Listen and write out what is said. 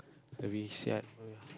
service yard